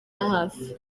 hafi